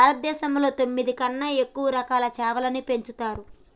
భారతదేశంలో పందొమ్మిది కన్నా ఎక్కువ రకాల చాపలని పెంచుతరు